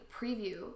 Preview